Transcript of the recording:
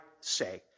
say